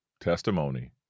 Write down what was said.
Testimony